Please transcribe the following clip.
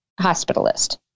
hospitalist